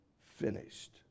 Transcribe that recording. finished